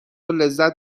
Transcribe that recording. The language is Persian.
لذت